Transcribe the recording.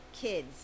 kids